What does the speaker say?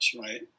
right